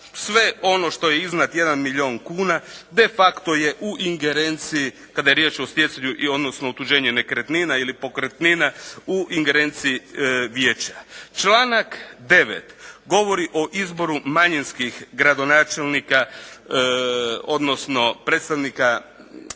sve ono što je iznad jedan milijun kuna de facto je u ingerenciji kada je riječ o stjecanju odnosno otuđenje nekretnina ili pokretnina u ingerenciji vijeća. Članak 9. govori o izboru manjinskih gradonačelnika, odnosno predstavnika